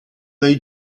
dai